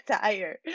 tired